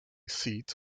seat